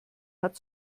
hat